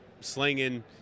slinging